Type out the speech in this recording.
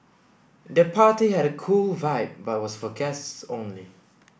the party had a cool vibe but was for guests only